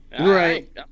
Right